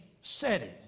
setting